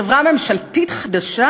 חברה ממשלתית חדשה,